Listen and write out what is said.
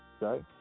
right